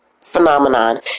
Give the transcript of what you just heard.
phenomenon